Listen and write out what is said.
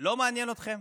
לא מעניין אתכם?